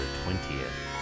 twentieth